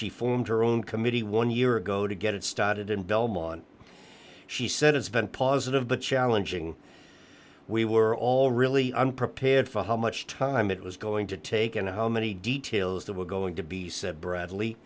she formed her own committee one year ago to get it started in belmont she said it's been positive but challenging we were all really unprepared for how much time it was going to take and how many details there were going to be said bradley